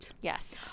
Yes